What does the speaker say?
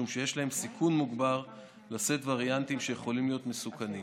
משום שיש מהם סיכון מוגבר לשאת וריאנטים שיכולים להיות מסוכנים.